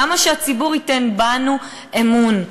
למה שהציבור ייתן בנו אמון?